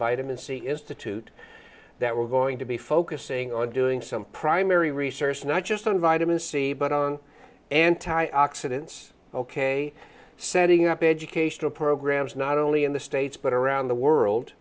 vitamin c institute that we're going to be focusing on doing some primary research not just on vitamin c but on anti oxidants ok setting up educational programs not only in the states but around the world